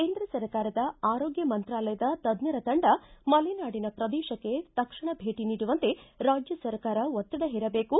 ಕೇಂದ್ರ ಸರ್ಕಾರದ ಆರೋಗ್ಯ ಮಂತ್ರಾಲಯದ ತಜ್ಞರ ತಂಡ ಮಲೆನಾಡಿನ ಪ್ರದೇಶಕ್ಕೆ ತಕ್ಷಣ ಭೇಟಿ ನೀಡುವಂತೆ ರಾಜ್ಯ ಸರ್ಕಾರ ಒತ್ತಡ ಹೇರಬೇಕು